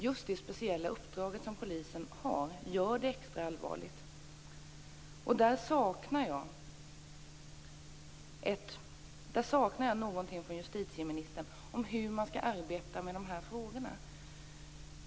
Just det speciella uppdrag som polisen har, gör det extra allvarligt. Där saknar jag någonting från justitieministern om hur man skall arbeta med de här frågorna.